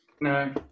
No